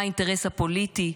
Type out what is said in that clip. מה האינטרס הפוליטי.